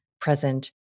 present